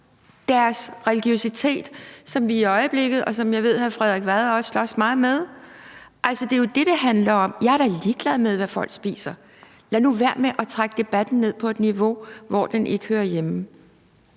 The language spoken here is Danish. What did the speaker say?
deres religiøsitet, som vi i øjeblikket slås meget med, og som ved jeg at hr. Frederik Vad også slås meget med. Det er jo det, det handler om. Jeg er da ligeglad med, hvad folk spiser. Lad nu være med at trække debatten ned på et niveau, hvor den ikke hører hjemme.